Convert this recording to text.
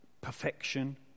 perfection